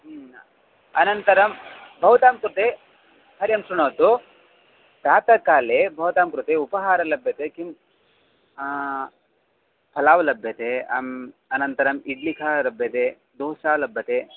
अनन्तरं भवतां कृते हारं शृणोतु प्रातःकाले भवतां कृते उपहारः लभ्यते किं पलाव् लभ्यतेम् अनन्तरम् इड्लिख लभ्यते दोसा लभ्यते